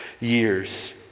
years